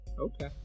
Okay